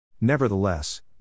Nevertheless